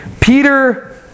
Peter